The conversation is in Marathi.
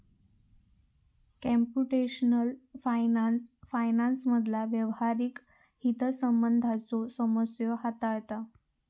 कम्प्युटेशनल फायनान्स फायनान्समधला व्यावहारिक हितसंबंधांच्यो समस्या हाताळता